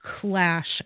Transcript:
Clash